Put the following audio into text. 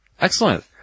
Excellent